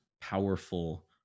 powerful